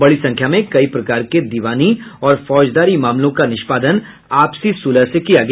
बड़ी संख्या में कई प्रकार के दीवानी और फौजदारी मामलों का निष्पादन आपसी सुलह से किया गया